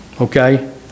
Okay